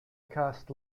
cast